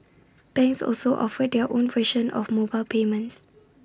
banks also offered their own version of mobile payments